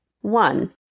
One